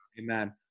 Amen